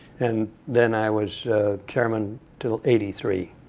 and then i was chairman till eighty three.